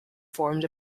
formed